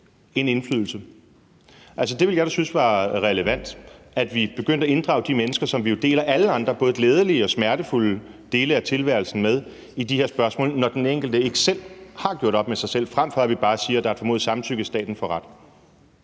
en indflydelse? Altså, jeg ville synes, det var relevant, at vi begyndte at inddrage de mennesker, som vi jo deler alle andre dele af tilværelsen med, både de glædelige og de smertefulde, i de her spørgsmål, når den enkelte ikke har gjort det op med sig selv, frem for at vi bare siger, at der er formodet samtykke, og at staten får ret.